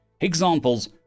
Examples